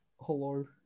Hello